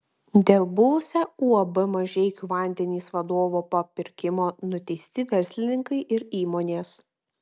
dėl buvusio uab mažeikių vandenys vadovo papirkimo nuteisti verslininkai ir įmonės